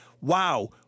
Wow